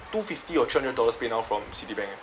two fifty or three hundred dollars pay now from citibank ah